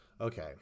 Okay